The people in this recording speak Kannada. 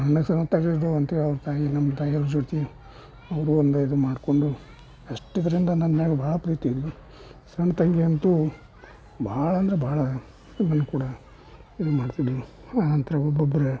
ಅಣ್ಣ ಅಂತ ಹೇಳೋರ್ ತಾಯಿ ನಮ್ಮ ತಾಯಿಯವರ ಜೊತೆ ಅವರು ಒಂದು ಇದು ಮಾಡಿಕೊಂಡು ಅಷ್ಟು ಇದರಿಂದ ನನ್ನ ಮ್ಯಾಲ ಭಾಳ ಪ್ರೀತಿಯಿದ್ದರು ಸಣ್ಣ ತಂಗಿ ಅಂತೂ ಭಾಳ ಅಂದರೆ ಭಾಳ ಕೂಡ ಇದು ಮಾಡ್ತಿದ್ದರು ಆನಂತರ ಒಬ್ಬೊಬ್ಬರೇ